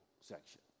section